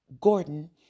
Gordon